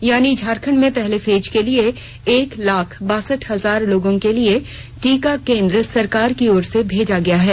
यानी झारखंड में पहले फेज के लिए एक लाख बासठ हजार लोगों के लिए टीका केंद्र सरकार की तरफ से भेजा गया है